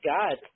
God